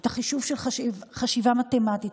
את החשיבות של חשיבה מתמטית,